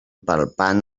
palpant